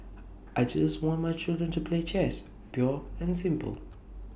I just want my children to play chess pure and simple